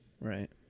right